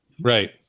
Right